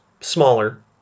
smaller